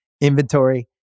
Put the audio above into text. inventory